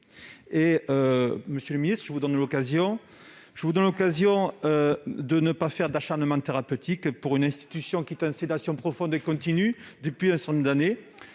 Monsieur le ministre, je vous donne l'occasion de ne pas faire d'acharnement thérapeutique sur une institution qui est en sédation profonde et continue depuis un certain nombre d'années.